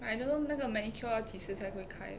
but I don't know 那个 manicure 要几时才会开